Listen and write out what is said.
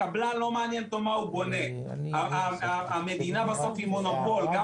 את הקבלן לא מעניין מה הוא בונה המדינה בסוף היא מונופול גם